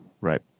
Right